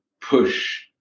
push